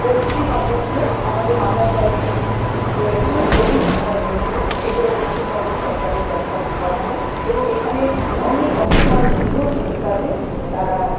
poultry বা দুগ্ধ আমাদের মাদার ডেয়ারি রয়েছে হরিণঘাটা রয়েছে এগুলো পশ্চিমবঙ্গ সরকারের তত্ত্বাবধানে এবং এখানে অনেক অনেক মানুষ জীবন জীবিকাতেও তারা